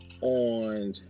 on